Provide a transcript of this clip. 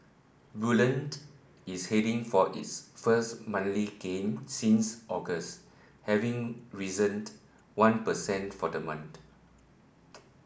bullion is heading for its first monthly gain since August having risened one percent for the month